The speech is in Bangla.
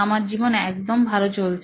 আমার জীবন একদম ভালো চলছে